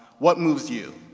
what moves you?